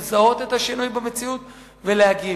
לזהות את השינוי במציאות ולהגיב.